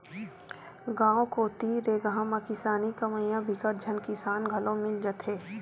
गाँव कोती रेगहा म किसानी कमइया बिकट झन किसान घलो मिल जाथे